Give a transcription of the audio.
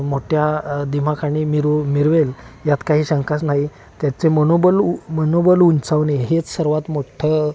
मोठ्या दिमाखाने मिरवू मिरवेल यात काही शंकाच नाही त्याचे मनोबल उ मनोबल उंचावणे हेच सर्वात मोठं